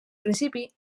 principi